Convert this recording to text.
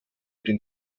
den